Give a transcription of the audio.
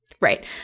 Right